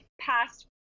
past